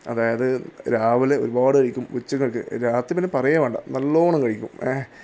അതായത് രാവിലെ ഒരുപാട് കഴിക്കും ഉച്ചക്കൊക്കെ രാത്രി പിന്നെ പറയാ വേണ്ട നല്ലോണം കഴിക്കും ഏ